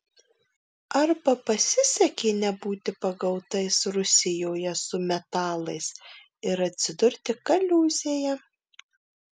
arba pasisekė nebūti pagautais rusijoje su metalais ir atsidurti kaliūzėje